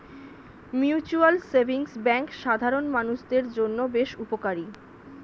mutual savings bank সাধারণ মানুষদের জন্য বেশ উপকারী